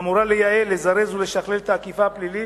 אמורה לייעל, לזרז ולשכלל את האכיפה הפלילית,